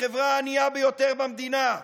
החברה הענייה ביותר במדינה,